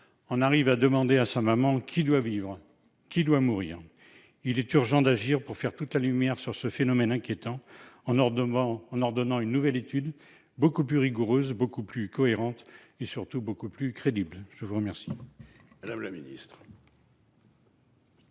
en arrive à demander à sa maman :« Qui doit vivre ? Qui doit mourir ?», il est urgent d'agir pour faire toute la lumière sur ce phénomène inquiétant, en ordonnant une nouvelle étude beaucoup plus rigoureuse, beaucoup plus cohérente et, surtout, beaucoup plus crédible. La parole